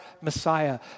Messiah